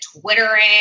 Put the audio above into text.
twittering